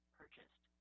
purchased